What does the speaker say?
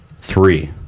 Three